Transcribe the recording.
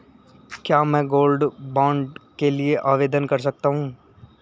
क्या मैं gold bond के लिए आवेदन कर सकता हूं?